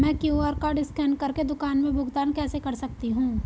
मैं QR code scan कर के दुकान में भुगतान कैसे कर सकती हूँ?